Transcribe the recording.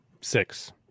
six